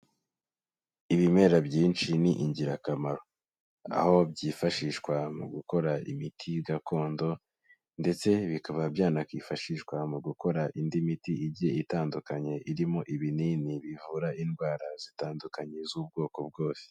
Ibimera byinshi ni ingirakamaro, aho byifashishwa mu gukora imiti gakondo, ndetse bikaba byanakifashishwa mu gukora indi miti igiye itandukanye, irimo ibinini bivura indwara zitandukanye z'ubwoko bwose.